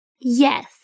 Yes